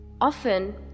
often